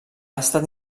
estat